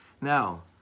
Now